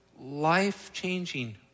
life-changing